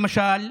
למשל,